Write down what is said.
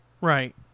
Right